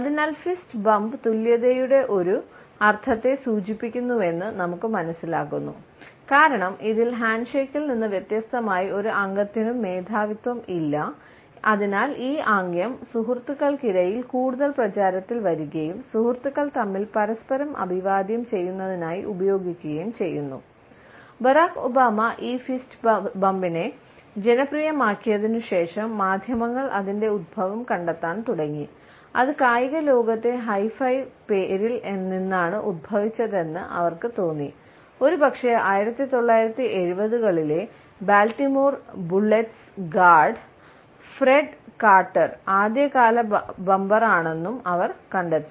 അതിനാൽ fist bump ആദ്യകാല ബമ്പറാണെന്നും അവർ കണ്ടെത്തി